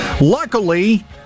Luckily